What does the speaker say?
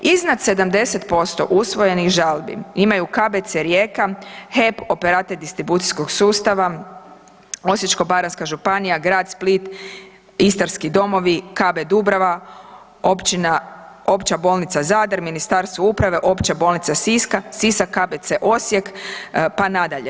Iznad 70% usvojenih žalbi imaju KBC Rijeka, HEP-Operater distribucijskog sustava, Osječko-baranjska županija, grad Split, Istarski domovi, KB Dubrava, Opća bolnica Zadar, Ministarstvo uprave, Opća bolnica Sisak, KBC Osijek, pa nadalje.